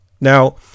Now